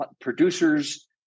producers